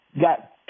got